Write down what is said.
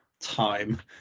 time